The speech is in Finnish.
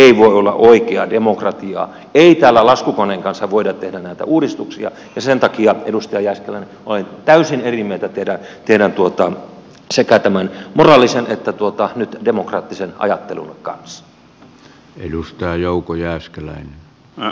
tämähän ei voi olla oikeaa demokratiaa ei täällä laskukoneen kanssa voida tehdä näitä uudistuksia ja sen takia edustaja jääskeläinen olen täysin eri mieltä teidän sekä tämän moraalisen että nyt demokraattisen ajattelunne kanssa